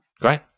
Great